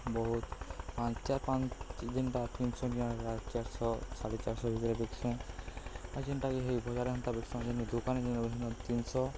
ବହୁତ ପାଞ୍ଚ ଚାର୍ ପାଞ୍ଚ ଯେନ୍ଟା ତିନିଶହ ଟଣ ଚାରିଶହ ସାଢ଼େ ଚାରିଶହ ଭିତରେ ବିକ୍ସୁଁ ଆଉ ଯେନ୍ଟାକି ହେଇ ଭକାରେ ହେନ୍ତା ବସନ୍ ଯେ ଦୋକାନୀ ବିକନ୍ ତିିଶହ